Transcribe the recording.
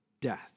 death